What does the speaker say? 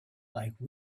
like